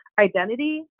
identity